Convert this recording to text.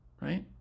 right